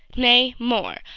nay, more,